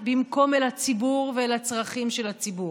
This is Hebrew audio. במקום אל הציבור ואל הצרכים של הציבור.